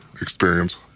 experience